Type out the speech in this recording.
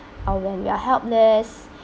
or when you are helpless